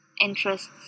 interests